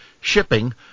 shipping